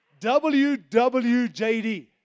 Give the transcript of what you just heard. WWJD